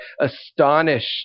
astonished